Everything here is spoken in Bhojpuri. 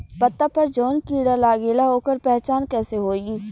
पत्ता पर जौन कीड़ा लागेला ओकर पहचान कैसे होई?